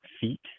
Feet